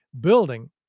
building